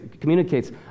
communicates